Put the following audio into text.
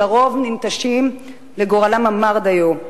שלרוב ננטשים לגורל המר דיו.